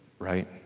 Right